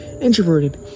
introverted